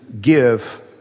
give